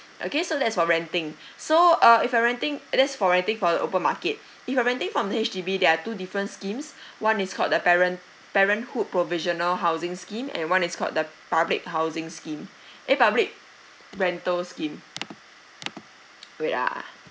okay so that's for renting so uh if you're renting that's for renting from the open market if you're renting from H_D_B there are two different schemes one is called the parent parenthood provisional housing scheme and one is called the public housing scheme eh public rental scheme wait ah